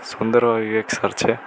સુંદરોય Vivek sir છે